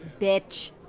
bitch